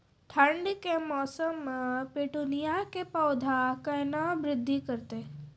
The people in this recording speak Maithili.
ठंड के मौसम मे पिटूनिया के पौधा केना बृद्धि करतै?